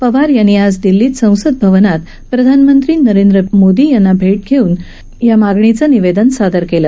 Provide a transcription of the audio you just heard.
पवार यांनी आज दिल्लीत संसद भवनात प्रधानमंत्री नरेंद्र मोदी यांनी भेट घेऊन या मागणीचं निवेदन सादर केलं